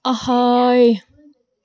اَ ہاے